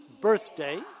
birthday